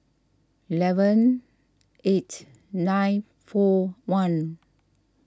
eleven eight nine four one